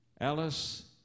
Alice